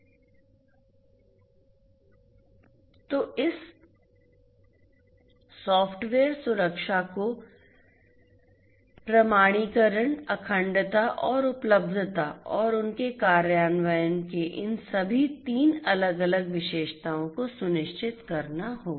तो इस सॉफ्टवेयर सुरक्षा को प्रमाणीकरण अखंडता और उपलब्धता और उनके कार्यान्वयन के इन सभी 3 अलग अलग विशेषताओं को सुनिश्चित करना होगा